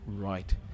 right